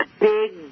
big